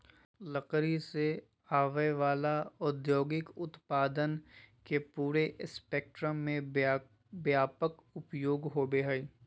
लकड़ी से आवय वला औद्योगिक उत्पादन के पूरे स्पेक्ट्रम में व्यापक उपयोग होबो हइ